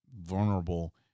vulnerable